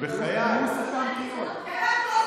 כי אנחנו לא סותמי פיות, בחיי.